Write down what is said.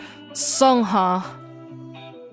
Songha